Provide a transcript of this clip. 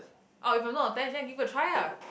or if I'm not attached then I give a try lah